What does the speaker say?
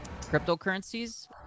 cryptocurrencies